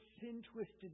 sin-twisted